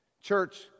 Church